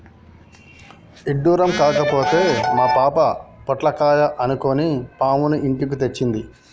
ఇడ్డురం కాకపోతే మా పాప పొట్లకాయ అనుకొని పాముని ఇంటికి తెచ్చింది